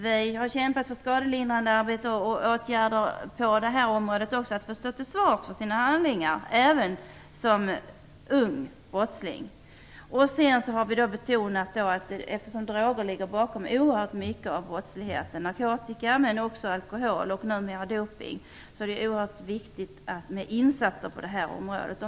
Vi har kämpat för skadelindrande arbete, åtgärder på det området och att man får stå till svars för sina handlingar även som ung brottsling. Eftersom droger ligger bakom oerhört mycket av brottslighet - narkotika, men också alkohol och numera doping - är det oerhört viktigt med insatser på detta område.